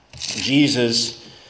Jesus